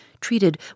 treated